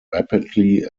rapidly